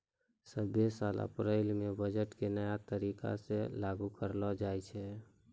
सभ्भे साल अप्रैलो मे बजट के नया तरीका से लागू करलो जाय छै